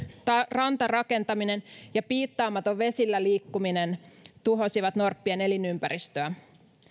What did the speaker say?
rantarakentaminen ja piittaamaton vesillä liikkuminen tuhosivat norppien elinympäristöä